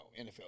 NFL